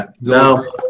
No